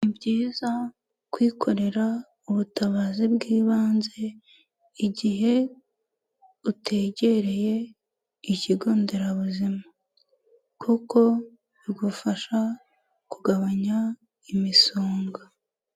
Ni byiza kwikorera ubutabazi bw'ibanze igihe utegereye ikigonderabuzima kuko bigufasha kugabanya imisonga.